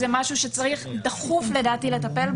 זה משהו שצריך לטפל בו דחוף, לדעתי.